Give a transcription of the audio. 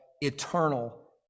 eternal